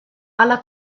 alla